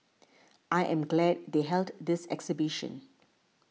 I am glad they held this exhibition